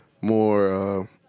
more